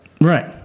Right